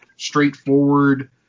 straightforward